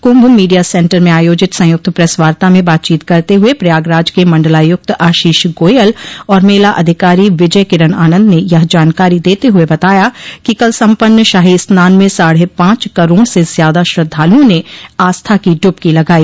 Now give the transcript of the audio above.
कुंभ media centre में आयोजित संयुक्त प्रेसवार्ता में बातचीत करते हुए प्रयागराज के मंडलायुक्त आशीष गोयल और मेला अधिकारी विजय किरन आनन्द ने यह जानकारी देते हुए बताया कि कल सम्पन्न शाही स्नान में साढ़े पांच करोड़ से ज्यादा श्रद्धालुओं ने आस्था की डुबकी लगाई